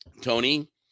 Tony